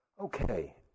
Okay